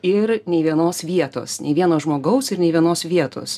ir nei vienos vietos nei vieno žmogaus ir nei vienos vietos